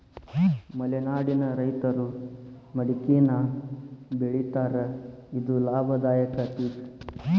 ಮಲೆನಾಡಿನ ರೈತರು ಮಡಕಿನಾ ಬೆಳಿತಾರ ಇದು ಲಾಭದಾಯಕ ಪಿಕ್